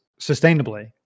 sustainably